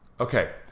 Okay